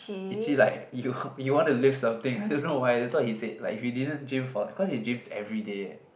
itchy like you you want to lift something I don't know why that's what he said like if you didn't gym for like cause he gyms everyday eh